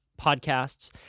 podcasts